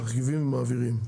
תרכיבים ומעבירים).